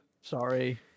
Sorry